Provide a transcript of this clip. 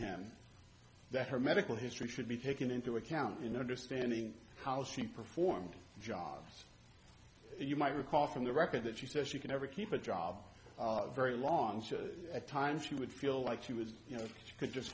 him that her medical history should be taken into account in order standing how she performed jobs you might recall from the record that she said she could never keep a job very long time she would feel like she was you know she could just